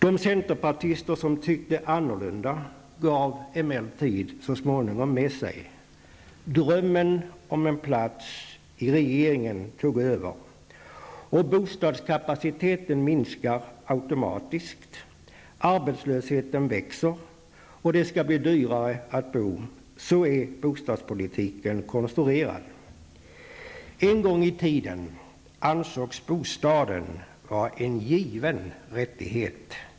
De centerpartister som tyckte annorlunda gav emellertid så småningom med sig. Drömmen om en plats i regeringen tog över. Bostadskapaciteten minskar automatiskt. Arbetslösheten växer. Det skall bli dyrare att bo. Så är bostadspolitiken konstruerad. En gång i tiden ansågs bostaden vara en given rättighet.